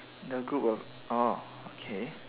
the group of orh okay